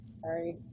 Sorry